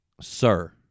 sir